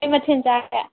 ꯀꯔꯤ ꯃꯊꯦꯜ ꯆꯥꯔꯒꯦ